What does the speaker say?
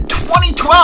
2012